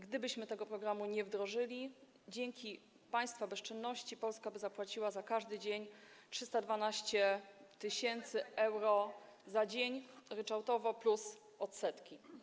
Gdybyśmy tego programu nie wdrożyli, przez państwa bezczynność Polska zapłaciłaby za każdy dzień 312 tys. euro - za dzień, ryczałtowo - plus odsetki.